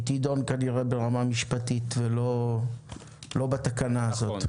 היא תידון כנראה ברמה משפטית ולא בתקנה הזאת.